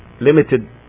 limited